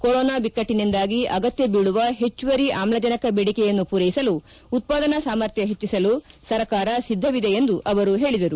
corona ಬಿಕ್ಕಟ್ಟನಿಂದಾಗಿ ಅಗತ್ಯ ಬೀಳುವ ಪೆಚ್ಚುವರಿ ಆಮ್ಲಜನಕ ಬೇಡಿಕೆಯನ್ನು ಪೂರೈಸಲು ಉತ್ಪಾದನಾ ಸಾಮರ್ಥ್ವ ಪಟ್ಟಸಲು ಸರ್ಕಾರ ಸಿದ್ದವಿದೆ ಎಂದು ಅವರು ಪೇಳದರು